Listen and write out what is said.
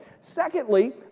Secondly